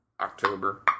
October